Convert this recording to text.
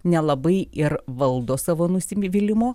nelabai ir valdo savo nusivylimo